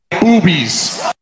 boobies